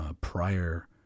prior